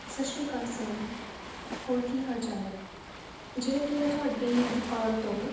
ਸਤਿ ਸ਼੍ਰੀ ਅਕਾਲ ਸਰ ਹੋਰ ਕੀ ਹਾਲ ਚਾਲ ਹੈ ਜਿਵੇਂ ਕਿ ਮੈਂ ਤੁਹਾਡੀ ਦੁਕਾਨ ਤੋਂ